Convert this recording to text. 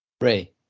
Ray